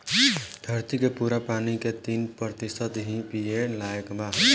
धरती के पूरा पानी के तीन प्रतिशत ही पिए लायक बा